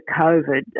COVID